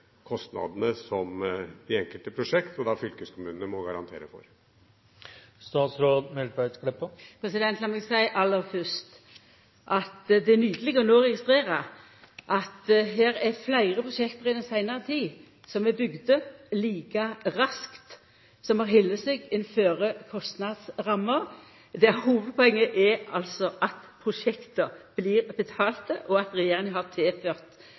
som de enkelte prosjekter – og da fylkeskommunene – må garantere for? Lat meg aller fyrst seia at det er nydeleg no å registrera at det er fleire prosjekt som den seinare tida er bygde like raskt, og som har halde seg innanfor kostnadsramma. Hovudpoenget er at prosjekt blir betalte, og at regjeringa har tilført